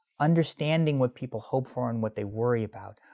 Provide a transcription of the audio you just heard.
understanding what people hope for and what they worry about,